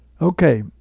Okay